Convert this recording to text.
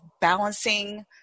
balancing